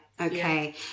Okay